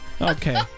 Okay